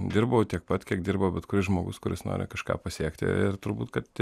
dirbau tiek pat kiek dirba bet kuris žmogus kuris nori kažką pasiekti ir turbūt kad